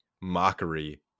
mockery